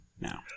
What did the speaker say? now